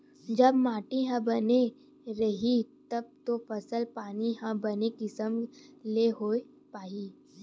जब माटी ह बने रइही तब तो फसल पानी ह बने किसम ले होय पाही